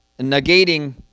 negating